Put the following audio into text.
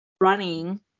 running